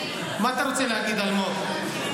מה אתה רוצה להגיד, אלמוג?